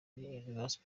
universal